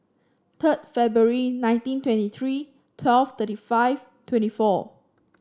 third February nineteen twenty three twelve thirty five twenty four